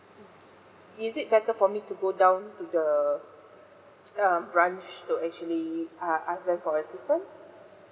is it better for me to go down to the err branch to actually uh ask them for assistance